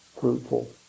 fruitful